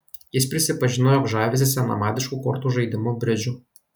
jis prisipažino jog žavisi senamadišku kortų žaidimu bridžu